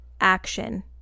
action